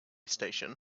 station